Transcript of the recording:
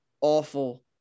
awful